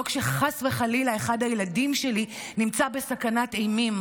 לא כשחס וחלילה אחד הילדים שלי נמצא בסכנת אימים.